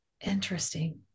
Interesting